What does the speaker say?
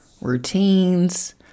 routines